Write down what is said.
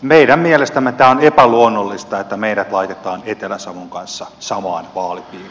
meidän mielestämme on epäluonnollista että meidät laitetaan etelä savon kanssa samaan vaalipiiriin